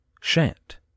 Shant